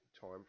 time